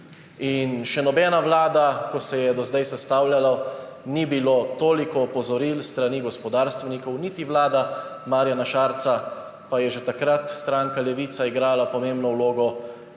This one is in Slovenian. In še nobena vlada, ko se je do zdaj sestavljalo, ni bilo toliko opozoril s strani gospodarstvenikov niti pri vladi Marjana Šarca, pa je že takrat stranka Levica igrala pomembno vlogo,